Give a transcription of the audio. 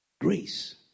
Grace